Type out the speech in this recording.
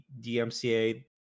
dmca